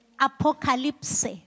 apocalypse